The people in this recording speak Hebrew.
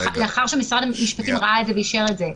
וזה לאחר שמשרד המשפטים ראה את זה ואישר את זה.